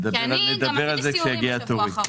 כי אני גם עשיתי סיורים בשבוע האחרון.